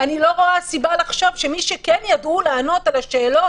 אני לא רואה סיבה לחשוב שמי שכן ידעו לענות על השאלות,